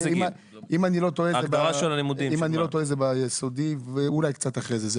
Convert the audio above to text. אם איני טועה ביסודי, אולי קצת אחרי זה.